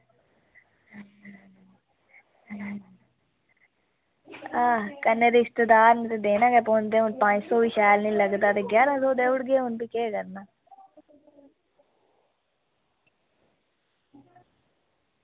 आं कन्नै रिश्तेदार न देने गै पौंदे न पंज सौ बी शैल निं लगदा ते जारहां सौ रपेआ देई ओड़गे केह् करना